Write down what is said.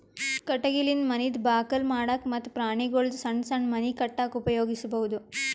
ಕಟಗಿಲಿಂದ ಮನಿದ್ ಬಾಕಲ್ ಮಾಡಕ್ಕ ಮತ್ತ್ ಪ್ರಾಣಿಗೊಳ್ದು ಸಣ್ಣ್ ಸಣ್ಣ್ ಮನಿ ಕಟ್ಟಕ್ಕ್ ಉಪಯೋಗಿಸಬಹುದು